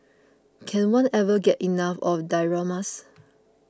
can one ever get enough of dioramas